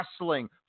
wrestling